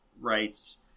rights